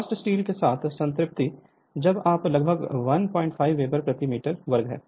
cast steel के साथ संतृप्ति जबकि आप लगभग 15 वेबर प्रति मीटर वर्ग हैं